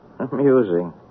Amusing